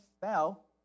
fell